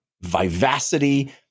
vivacity